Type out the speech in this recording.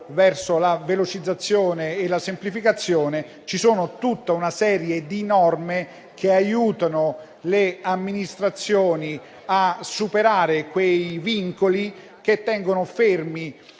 alla velocizzazione e alla semplificazione, tutta una serie di norme aiuta le amministrazioni a superare quei vincoli che tengono fermi